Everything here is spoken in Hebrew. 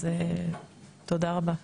אז תודה רבה.